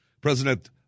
President